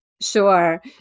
Sure